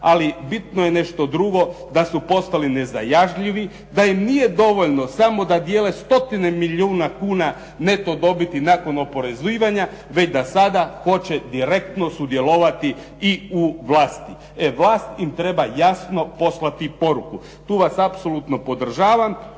Ali bitno je nešto drugo da su postali nezajažljivi, da im nije dovoljno samo da dijele stotine milijuna kuna neto dobiti nakon oporezivanja, već da sada hoće direktno sudjelovati i u vlasti. E vlast im treba jasno poslati poruku. Tu vas apsolutno podržavam.